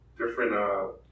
different